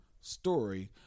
story